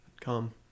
Come